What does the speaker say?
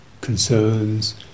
concerns